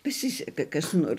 pasiseka kas nors